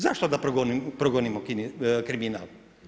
Zašto da progonimo kriminal?